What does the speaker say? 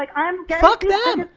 like um um yeah fuck them,